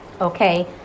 Okay